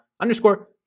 underscore